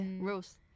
Rules